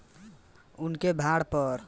उनके भाड़ा पर भी यंत्र दिहल जाला